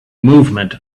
movement